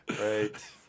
Right